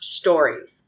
stories